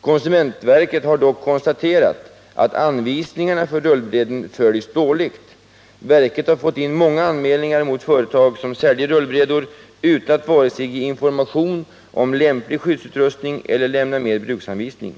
Konsumentverket har dock konstaterat att anvisningarna för rullbräden följs dåligt. Verket har fått in många anmälningar mot företag som säljer rullbrädor utan att vare sig ge information om lämplig skyddsutrustning eller lämna med bruksanvisning.